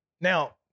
Now